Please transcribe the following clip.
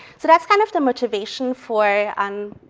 so that's kind of the motivation for um